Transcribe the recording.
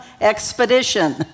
expedition